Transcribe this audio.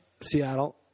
Seattle